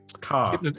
car